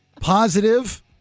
positive